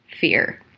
fear